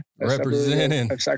Representing